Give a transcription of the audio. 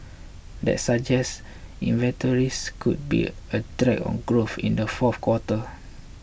that suggests inventories could be a drag on growth in the fourth quarter